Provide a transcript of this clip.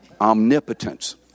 Omnipotence